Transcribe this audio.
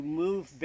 move